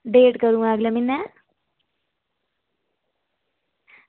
date कदूं ऐ अगले म्हीनै